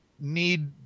need